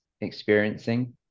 experiencing